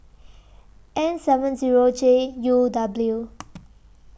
N seven Zero J U W